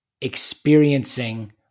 experiencing